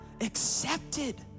accepted